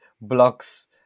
blocks